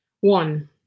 One